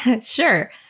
Sure